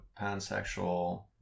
pansexual